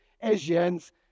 Asians